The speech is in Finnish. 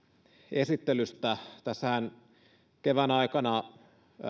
esittelystä tässä kevään aikanahan